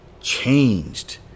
changed